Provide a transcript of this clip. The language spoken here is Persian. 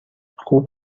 خوب